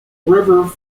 river